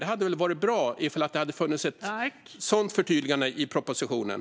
Det hade varit bra om det hade funnits ett sådant förtydligande i propositionen.